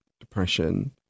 depression